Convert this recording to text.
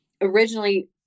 originally